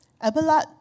Abelard